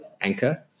anchor